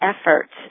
efforts